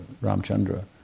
Ramchandra